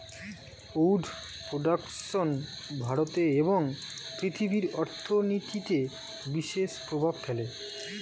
would production ভারতে এবং পৃথিবীর অর্থনীতিতে বিশেষ প্রভাব ফেলে